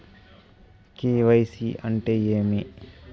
KYC అంటే ఏమి?